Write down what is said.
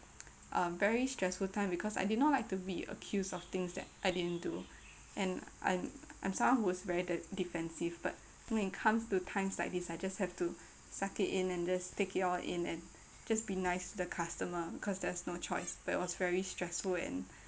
um very stressful time because I did not like to be accused of things that I didn't do and I'm I'm someone who's very the defensive but when it comes to times like this I just have to suck it in and just take it all in and just be nice to the customer cause there's no choice but it was very stressful and